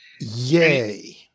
Yay